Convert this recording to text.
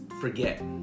forget